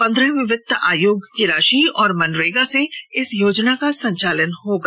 पन्द्रहवें वित्त आयोग की राशि और मनरेगा से इस योजना का संचालन होगा